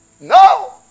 No